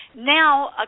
Now